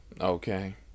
okay